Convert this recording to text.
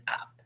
up